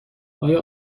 آیا